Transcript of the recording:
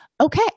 Okay